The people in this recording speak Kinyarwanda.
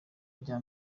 rya